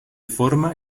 forma